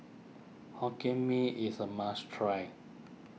Hokkien Mee is a must try